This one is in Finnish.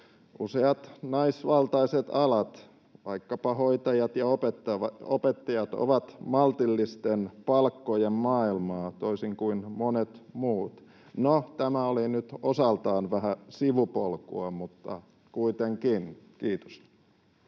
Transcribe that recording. Useat naisvaltaiset alat, vaikkapa hoitajat ja opettajat, ovat maltillisten palkkojen maailmaa toisin kuin monet muut. No, tämä oli nyt osaltaan vähän sivupolkua, mutta kuitenkin. — Kiitos.